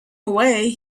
away